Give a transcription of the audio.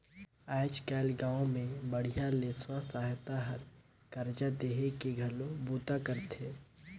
आयज कायल गांव मे बड़िहा ले स्व सहायता हर करजा देहे के घलो बूता करथे